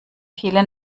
viele